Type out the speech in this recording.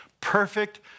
Perfect